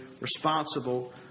responsible